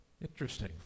Interesting